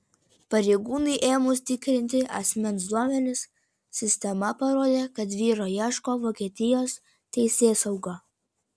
pareigūnui ėmus tikrinti asmens duomenis sistema parodė kad vyro ieško vokietijos teisėsauga